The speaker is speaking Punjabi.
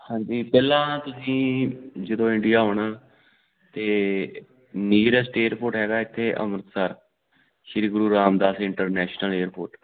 ਹਾਂਜੀ ਪਹਿਲਾਂ ਤੁਸੀਂ ਜਦੋਂ ਇੰਡੀਆ ਆਉਣਾ ਅਤੇ ਨੀਅਰੈਸਟ ਏਅਰਪੋਰਟ ਹੈਗਾ ਇੱਥੇ ਅੰਮ੍ਰਿਤਸਰ ਸ਼੍ਰੀ ਗੁਰੂ ਰਾਮਦਾਸ ਇੰਟਰਨੈਸ਼ਨਲ ਏਅਰਪੋਰਟ